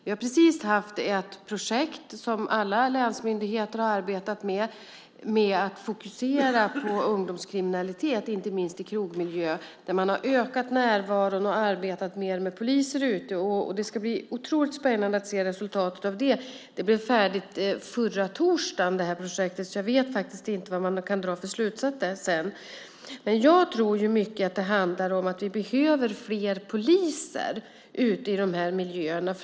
Vi har precis haft ett projekt som alla länsmyndigheter har arbetat med som har gällt att fokusera på ungdomskriminalitet, inte minst i krogmiljö, där man har ökat närvaron och arbetat mer med poliser ute. Det ska bli otroligt spännande att se resultatet av det. Det här projektet blev färdigt förra torsdagen, så jag vet faktiskt inte vad man kan dra för slutsatser sedan. Jag tror att det i stor utsträckning handlar om att vi behöver fler poliser ute i de här miljöerna.